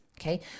Okay